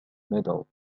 medal